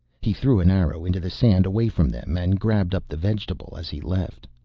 he threw an arrow into the sand away from them and grabbed up the vegetable as he left.